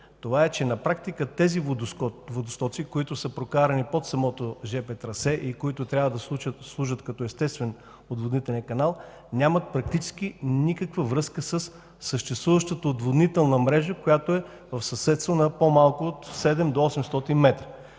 това е, че на практика тези водостоци, които са прокарани под самото жп трасе и които трябва да служат като естествен отводнителен канал, нямат практически никаква връзка със съществуващата отводнителна мрежа, която е в съседство на по-малко от 7 до 800 метра.